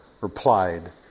replied